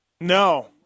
No